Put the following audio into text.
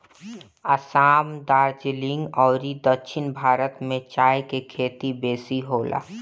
असाम, दार्जलिंग अउरी दक्षिण भारत में चाय के खेती बेसी होला